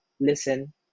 listen